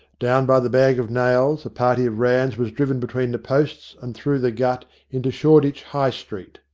down by the bag of nails a party of ranns was driven between the posts and through the gut into shored itch high street,